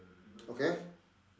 okay